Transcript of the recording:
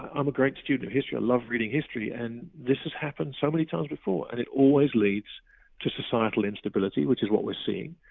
i'm a great student of history, i love reading history. and this has happened so many times before and it always leads to societal instability, which is what we're seeing.